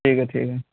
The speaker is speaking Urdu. ٹھیک ہے ٹھیک ہے